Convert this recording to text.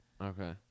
Okay